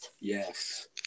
Yes